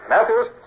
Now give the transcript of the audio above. Matthews